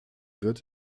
wird